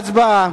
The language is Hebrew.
הצבעה.